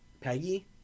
Peggy